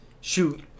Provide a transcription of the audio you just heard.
Shoot